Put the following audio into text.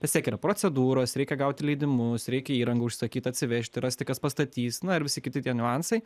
vis tiek yra procedūros reikia gauti leidimus reikia įrangą užsakyt atsivežti rasti kas pastatys na ir visi kiti niuansai